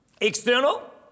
external